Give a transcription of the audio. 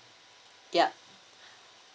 yup